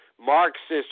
Marxist